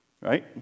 right